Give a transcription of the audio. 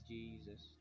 Jesus